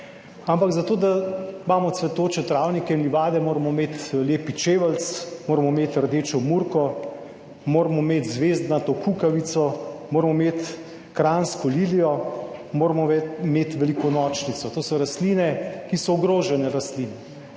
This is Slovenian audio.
ampak za to, da imamo cvetoče travnike, livade moramo imeti lepi čeveljc, moramo imeti rdečo murko, moramo imeti zvezdnato kukavico, moramo imeti kranjsko lilijo, moramo imeti velikonočnico. To so rastline, ki so ogrožene rastline.